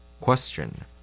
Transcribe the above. Question